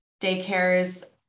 daycares